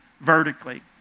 vertically